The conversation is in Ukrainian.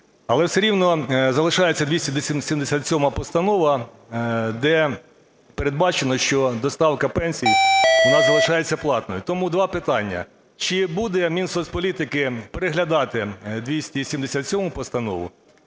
Але все рівно залишається 277 Постанова, де передбачено, що доставка пенсій, вона залишається платною. Тому два питання. Чи буде Мінсоцполітики переглядати 277 Постанову?